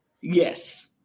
Yes